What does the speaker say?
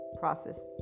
process